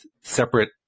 separate